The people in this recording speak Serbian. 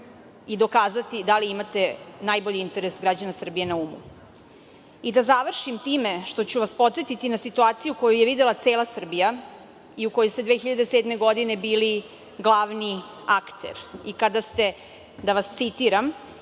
dokazati da li imate najbolji interes građana Srbije na umu. Da završim time što ću vas podsetiti na situaciju koju je videla cela Srbija i u kojoj ste 2007. godine bili glavni akter i kada ste, citiram,